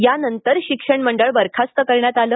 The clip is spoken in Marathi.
त्यानंतर शिक्षण मंडळ बरखास्त करण्यात आलं